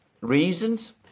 reasons